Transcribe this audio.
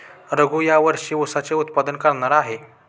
रघू या वर्षी ऊसाचे उत्पादन करणार आहे